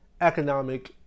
economic